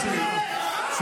86. ראש ממשלה של לא,